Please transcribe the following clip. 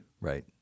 Right